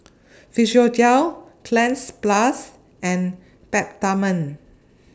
Physiogel Cleanz Plus and Peptamen